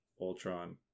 Ultron